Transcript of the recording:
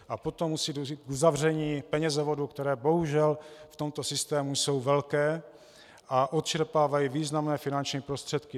A potom musí dojít k uzavření penězovodů, které bohužel v tomto systému jsou velké a odčerpávají významné finanční prostředky.